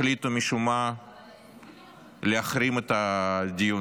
החליטו משום מה להחרים את הדיונים,